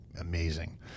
amazing